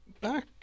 Back